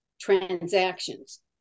transactions